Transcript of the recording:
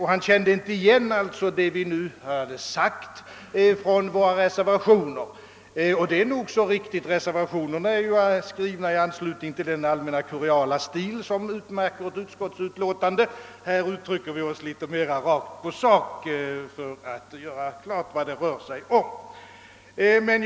Han kände inte igen vad vi nu sagt från våra reservationer, och det är nog riktigt. Reservationerna är ju skrivna med den allmänna kuriala stil som utmärker ett utskottsutlåtande, men här i kammaren uttrycker vi oss litet mer rakt på sak.